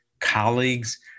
colleagues